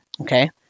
Okay